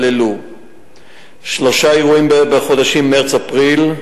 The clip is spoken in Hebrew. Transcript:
שלושה אירועים בחודשים מרס-אפריל,